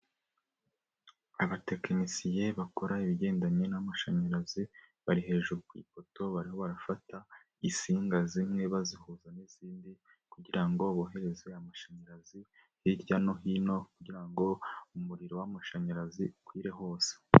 Abatekinisiye bakora ibigendanye n'amashanyarazi bari hejuru ku ipoto barimo barabafata insinga zimwe bazihuza n'izindi kugira ngo bohereze amashanyarazi hirya no hino kugira umuriro w'amashanyarazi ukwire hose.